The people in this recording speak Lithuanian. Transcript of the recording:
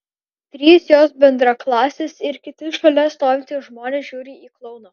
trys jos bendraklasės ir kiti šalia stovintys žmonės žiūri į klouną